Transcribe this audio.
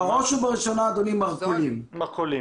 בראש ובראשונה, אדוני, מרכולים,